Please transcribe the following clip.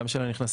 גם של הנכנסים,